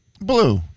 blue